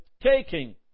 taking